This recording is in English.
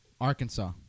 Arkansas